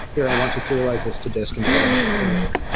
here, i want to serialize this to disk and hold on to it for later.